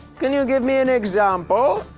can you give me an example?